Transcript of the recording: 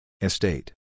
Estate